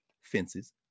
fences